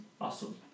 awesome